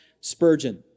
Spurgeon